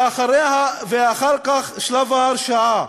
ואחר כך שלב ההרשעה,